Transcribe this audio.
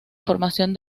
formación